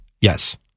Yes